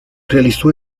realizó